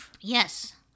Yes